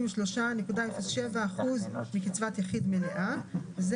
253.07% מקצבת יחיד מלאה: (1)